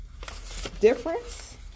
difference